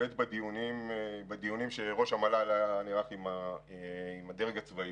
בדיונים שראש המל"ל ערך עם הדרג הצבאי,